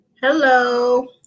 Hello